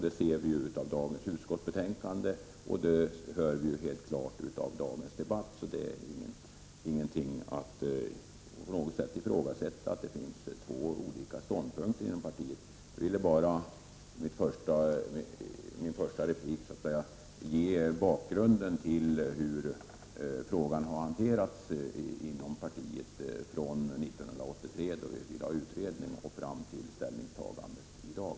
Detta ser vi också i utskottsbetänkandet och hör helt klart i dagens debatt. Man kan alltså inte ifrågasätta att det finns två olika ståndpunkter inom partiet. Jag ville i min första replik ge bakgrunden till hur frågan har hanterats inom partiet från 1983, då vi ville ha en utredning, och fram till ställningstagandet i dag.